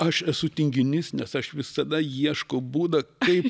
aš esu tinginys nes aš visada ieškau būdą kaip